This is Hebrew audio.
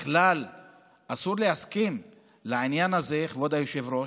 בכלל אסור להסכים לעניין הזה, כבוד היושב-ראש,